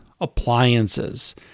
appliances